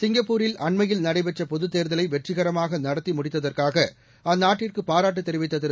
சிங்கப்பூரில் அண்மையில் நடைபெற்ற பொதுத்தேர்தலை வெற்றிகரமாக நடத்தி முடித்ததற்காக அந்நாட்டிற்கு பாராட்டு தெரிவித்த திரு